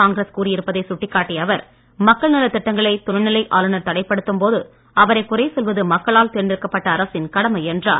காங்கிரஸ் கூறியிருப்பதை சுட்டிக்காட்டிய அவர் மக்கள் நலத் திட்டங்களை துணைநிலை ஆளுநர் தடைப்படுத்தும் போது அவரை குறை சொல்வது மக்களால் தேர்ந்தெடுக்கப்பட்ட அரசின் கடமை என்றார்